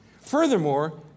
Furthermore